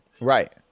Right